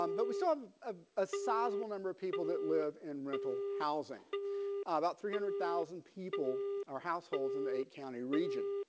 um but we saw um ah a sizable number of people that live in rental housing about three hundred thousand people are households in the eight county region.